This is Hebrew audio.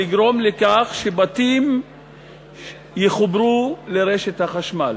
לגרום לכך שבתים יחוברו לרשת החשמל.